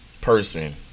person